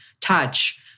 touch